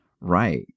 right